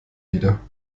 wieder